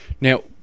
Now